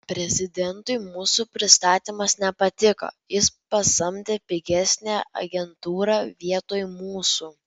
prezidentui mūsų pristatymas nepatiko jis pasamdė pigesnę agentūrą vietoj mūsų